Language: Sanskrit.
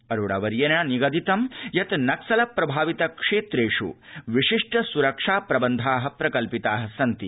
अरोड़ा वर्येण निगदितं यत् नक्सल प्रभावितक्षेत्रेष विशिष्ट सुरक्षा प्रबन्धाः प्रकल्पिताः सन्ति